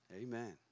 Amen